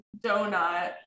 donut